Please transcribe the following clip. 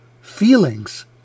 feelings